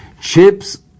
chips